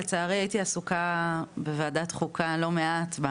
לצערי הייתי עסוקה בוועדת חוקה לא מעט,